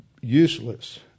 useless